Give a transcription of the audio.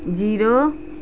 zero